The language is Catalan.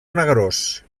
negrós